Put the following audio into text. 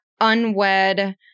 unwed